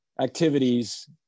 activities